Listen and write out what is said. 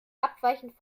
abweichend